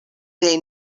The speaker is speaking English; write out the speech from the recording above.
they